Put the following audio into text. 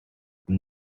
won